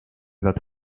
that